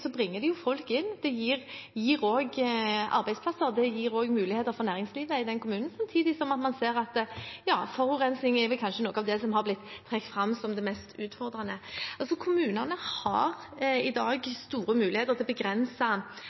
bringer det folk inn, det gir arbeidsplasser, og det gir muligheter for næringslivet i den kommunen. Samtidig er forurensing kanskje noe av det som har blitt trukket fram som det mest utfordrende. Kommunene har i dag store muligheter til å begrense